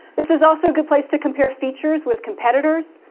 this is also good place to compare features with competitors,